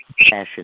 passion